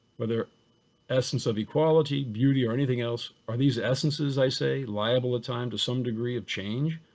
whether essence of equality, beauty or anything else are these essences i say liable a time to some degree of change?